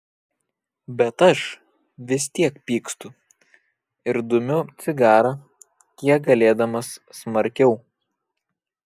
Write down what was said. bet aš vis tiek pykstu ir dumiu cigarą kiek galėdamas smarkiau